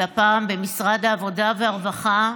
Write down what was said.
והפעם במשרד העבודה והרווחה,